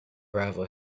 gravel